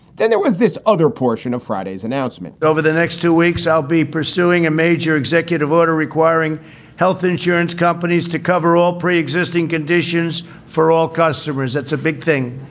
then there was this other portion of friday's announcement over the next two weeks, i'll be pursuing a major executive order requiring health insurance companies to cover all pre-existing conditions for all customers. that's a big thing.